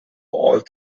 all